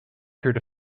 period